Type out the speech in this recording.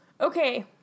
Okay